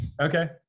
Okay